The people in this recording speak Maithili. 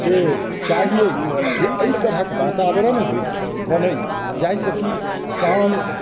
से चाहिए जे एहि तरहके वातावरण होइ बनै जाहिसँ कि शान्त